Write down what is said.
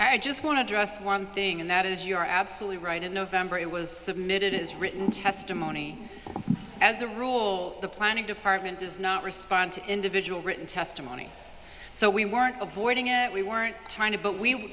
i just want to dress one thing and that is you're absolutely right in november it was submitted as written testimony as a rule the planning department does not respond to individual written testimony so we weren't avoiding it we weren't trying to but we